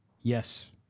Yes